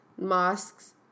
mosques